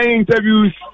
interviews